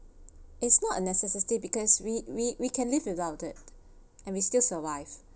is not a necessity because we we we can live without it and we still survive